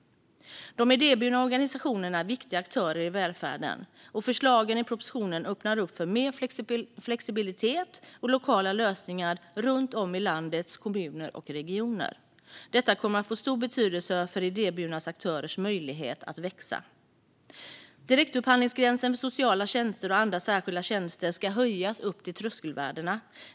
De idéburna organisationerna är viktiga aktörer i välfärden. Förslagen i propositionen öppnar upp för mer flexibilitet och lokala lösningar runt om i landets kommuner och regioner. Detta kommer att få stor betydelse för idéburna aktörers möjlighet att växa. Direktupphandlingsgränsen för sociala tjänster och andra särskilda tjänster ska höjas upp till tröskelvärdena.